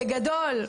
בגדול,